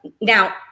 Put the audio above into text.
now